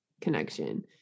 connection